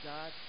God